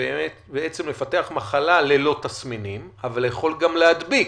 בעצם לפתח מחלה ללא תסמינים אבל יכול גם להדביק.